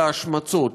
של ההשמצות,